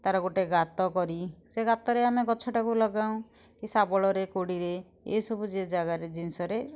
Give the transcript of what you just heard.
ତା'ର ଗୋଟେ ଗାତ କରି ସେ ଗାତରେ ଆମେ ଗଛଟାକୁ ଲଗାଉଁ କି ଶାବଳରେ କୋଡ଼ିରେ ଏ ସବୁ ଯିଏ ଯାଗାରେ ଜିନିଷରେ ଗୋଟେ